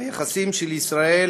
היחסים של ישראל